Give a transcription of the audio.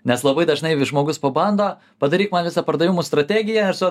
nes labai dažnai žmogus pabando padaryk man visą pardavimų strategiją su